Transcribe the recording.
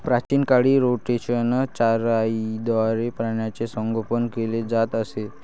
प्राचीन काळी रोटेशनल चराईद्वारे प्राण्यांचे संगोपन केले जात असे